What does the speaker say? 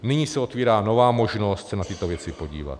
Nyní se otvírá nová možnost se na tyto věci podívat.